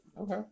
Okay